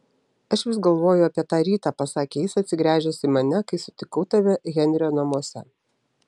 aš vis galvoju apie tą rytą pasakė jis atsigręžęs į mane kai sutikau tave henrio namuose